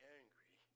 angry